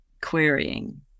querying